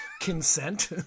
consent